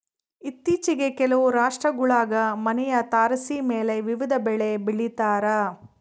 ಇತ್ತೀಚಿಗೆ ಕೆಲವು ರಾಷ್ಟ್ರಗುಳಾಗ ಮನೆಯ ತಾರಸಿಮೇಲೆ ವಿವಿಧ ಬೆಳೆ ಬೆಳಿತಾರ